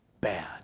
bad